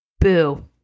Boo